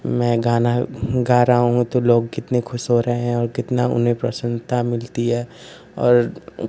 मैं गाना गा रहा हूँ तो लोग कितने ख़ुश हो रहे हैं और कितनी उन्हें प्रसन्नता मिलती है और